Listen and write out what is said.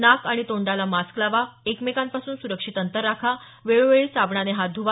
नाक आणि तोंडाला मास्क लावा एकमेकांपासून सुरक्षित अंतर राखा वेळोवेळी साबणाने हात धुवा